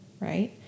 right